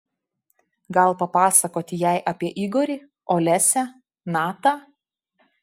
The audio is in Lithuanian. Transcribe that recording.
gal papasakoti jai apie igorį olesią natą